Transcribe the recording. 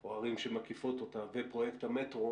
או הערים שמקיפות אותה ופרויקט המטרו,